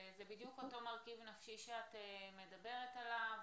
זה בדיוק אותו מרכיב נפשי שאת מדברת עליו,